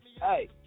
Hey